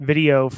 Video